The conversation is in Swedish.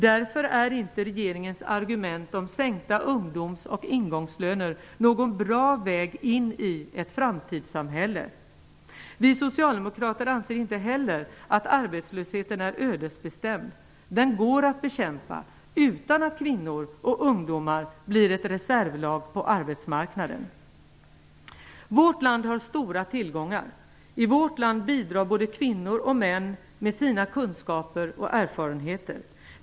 Därför är regeringens argument om sänkta ungdoms och ingångslöner någon bra väg in i ett framtida samhälle. Vi socialdemokrater anser inte heller att arbetslösheten är ödesbestämd. Den går att bekämpa utan att kvinnor och ungdomar blir ett reservlag på arbetsmarknaden. Vårt land har stora tillgångar. I vårt land bidrar både kvinnor och män med sina kunskaper och erfarenheter.